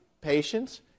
patients